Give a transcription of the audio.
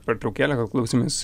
pertraukėlę klausėmės